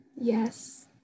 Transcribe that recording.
Yes